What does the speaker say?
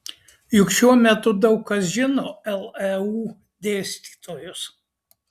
juk šiuo metu daug kas žino leu dėstytojus